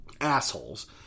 assholes